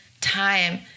time